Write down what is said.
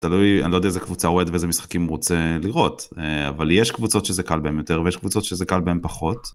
תלוי אני לא יודע איזה קבוצה ואיזה משחקים רוצה לראות. אבל יש קבוצות שזה קל בהם יותר ויש קבוצות שזה קל בהם פחות.